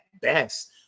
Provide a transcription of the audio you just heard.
best